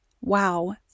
Wow